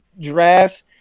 drafts